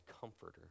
comforter